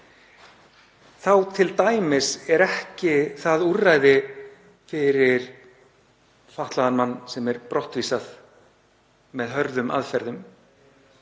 Þá er t.d. ekki það úrræði fyrir fatlaðan mann, sem er brottvísað með hörðum aðferðum,